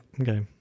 Okay